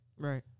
Right